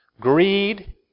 greed